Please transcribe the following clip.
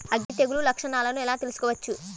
అగ్గి తెగులు లక్షణాలను ఎలా తెలుసుకోవచ్చు?